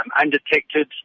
undetected